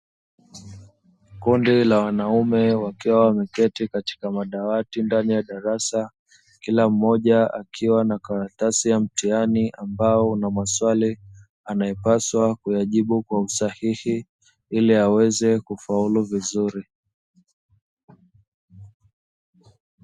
Kundi la wanaume wakiwa wameketi katika madawati ndani ya darasa, kila mmoja akiwa na karatasi ya mtihani, ambao una maswali yanayopaswa kuyajibu kwa usahihi ili aweze kufaulu vizuri.